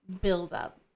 buildup